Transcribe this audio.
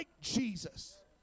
Jesus